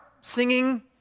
singing